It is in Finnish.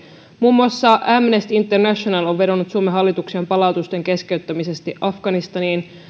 muun muassa amnesty international on vedonnut suomen hallitukseen palautusten keskeyttämisestä afganistaniin